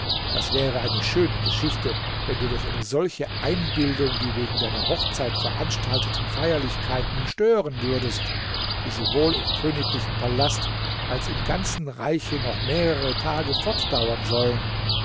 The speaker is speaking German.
das wäre eine schöne geschichte wenn du durch eine solche einbildung die wegen deiner hochzeit veranstalteten feierlichkeiten stören würdest die sowohl im königlichen palast als im ganzen reiche noch mehrere tage fortdauern sollen